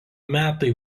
metai